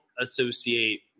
associate